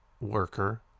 worker